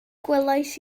gwelais